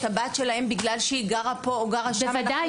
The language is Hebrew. הבת שלהם בגלל שהיא גרה פה או גרה שם --- בוודאי.